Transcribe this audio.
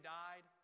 died